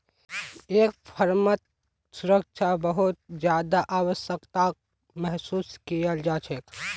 एक फर्मत सुरक्षा बहुत ज्यादा आवश्यकताक महसूस कियाल जा छेक